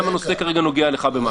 גם אם הנושא כרגע נוגע אליך במשהו.